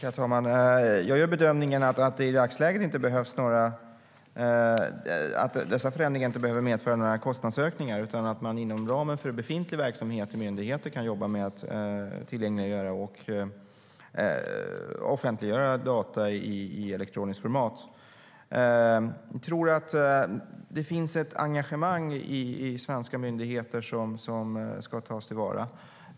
Herr talman! Jag gör bedömningen i dagsläget att dessa förändringar inte behöver medföra några kostnadsökningar, utan att man inom ramen för befintlig verksamhet i myndigheter kan jobba med att tillgängliggöra och offentliggöra data i elektroniskt format. Det finns ett engagemang i svenska myndigheter som ska tas till vara.